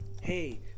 hey